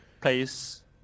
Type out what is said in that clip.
place